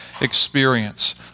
experience